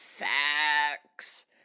facts